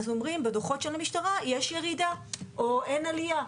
אז אומרים בדוחות של המשטרה: יש ירידה או אין עליה.